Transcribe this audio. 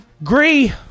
agree